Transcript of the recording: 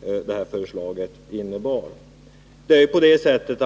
det här förslaget har fått.